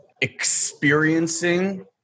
experiencing